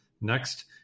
next